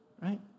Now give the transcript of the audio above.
right